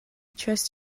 trust